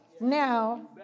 now